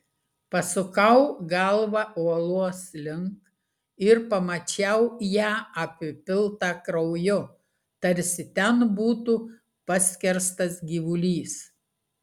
pasukau galvą uolos link ir pamačiau ją apipiltą krauju tarsi ten būtų paskerstas gyvulys